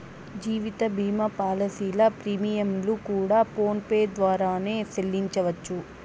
జీవిత భీమా పాలసీల ప్రీమియంలు కూడా ఫోన్ పే ద్వారానే సెల్లించవచ్చు